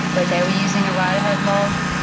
where they were using a write ahead log,